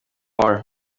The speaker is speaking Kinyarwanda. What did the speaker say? more